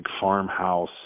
farmhouse